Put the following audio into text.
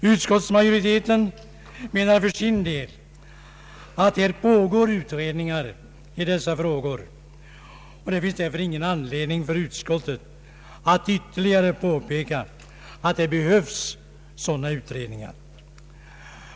Utskottsmajorite ten menar för sin del att det pågår utredningar i dessa frågor och att det därför inte finns någon anledning för utskottet att ytterligare påpeka att det behövs sådana utredningar.